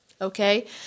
okay